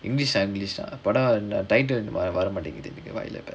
english english படம் இன்னும்:padam innum title இன்னும் வரமாட்டிங்குது வாயில:innum varamaatinguthu vaayila